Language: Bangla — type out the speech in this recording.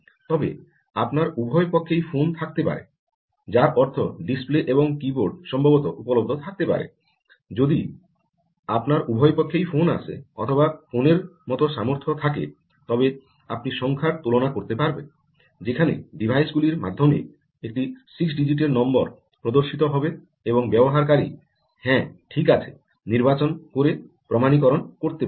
তবে আপনার উভয় পক্ষেই ফোন থাকতে পারে যার অর্থ ডিসপ্লে এবং কীবোর্ড সম্ভবত উপলব্ধ থাকতে পারে যদি আপনার উভয় পক্ষেই ফোন আছে অথবা ফোনের মতো সামর্থ্যে থাকে তবে আপনি সংখ্যার তুলনা করতে পারবেন যেখানে ডিভাইস গুলির মাধ্যমে একটি 6 ডিজিটের নম্বর প্রদর্শিত হবে এবং ব্যবহারকারী হ্যাঁ ঠিক আছে নির্বাচন করে প্রমাণীকরণ করতে পারবে